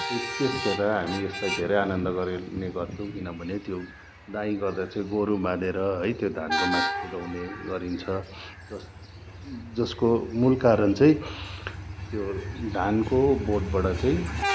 त्यसखेर हामी यसलाई धेरै आनन्द गर्ने गर्थ्यौँ किनभने त्यो दाइँ गर्दा चाहिँ गोरु बाँधेर है त्यो धानको माथि कुदाउने गरिन्छ जस जसको मूल कारण चाहिँ त्यो धानको बोटबाट चाहिँ